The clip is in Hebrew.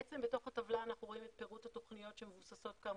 בתוך הטבלה אנחנו רואים את פירוט התוכניות שמבוססות כאמור,